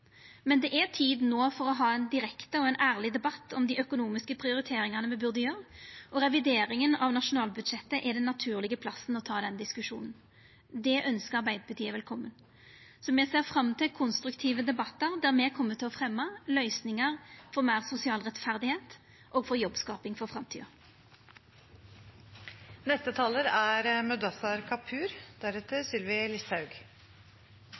Men det er no tid for å ha ein direkte og ærleg debatt om dei økonomiske prioriteringane me burde gjera, og revideringa av nasjonalbudsjettet er den naturlege plassen for å ta den diskusjonen. Det ønskjer Arbeidarpartiet velkome. Me ser fram til konstruktive debattar, der me kjem til å fremja løysingar for meir sosial rettferd og for jobbskaping for framtida. Norge og verden er